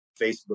Facebook